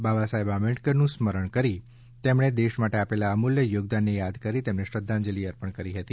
બાબાસાહેબ આંબેડકરનું સ્મરણ કરી તેમણે દેશ માટે આપેલા અમૂલ્ય યોગદાનને યાદ કરી તેમને શ્રધ્ધાંજલિ અર્પી હતી